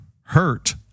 hurt